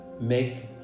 Make